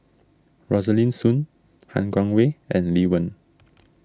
Rosaline Soon Han Guangwei and Lee Wen